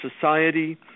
society